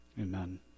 Amen